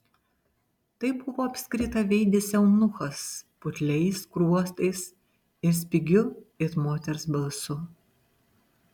tai buvo apskritaveidis eunuchas putliais skruostais ir spigiu it moters balsu